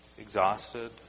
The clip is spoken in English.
exhausted